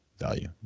value